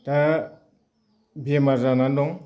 दा बेमार जानानै दं